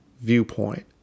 viewpoint